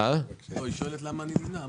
25-006 אושרה.